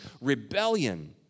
rebellion